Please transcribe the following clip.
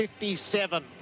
57